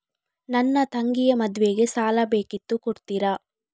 ನನ್ನ ತಂಗಿಯ ಮದ್ವೆಗೆ ಸಾಲ ಬೇಕಿತ್ತು ಕೊಡ್ತೀರಾ?